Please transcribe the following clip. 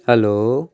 hello